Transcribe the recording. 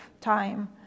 time